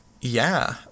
Yeah